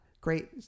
great